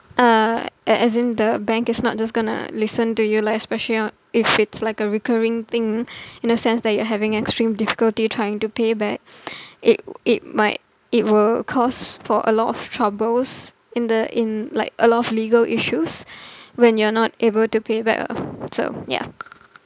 uh as as in the bank is not just gonna listen to you like especially if it's like a recurring thing in a sense that you're having extreme difficulty trying to pay back it it might it will cause for a lot of troubles in the in like a lot of legal issues when you're not able to pay back uh so ya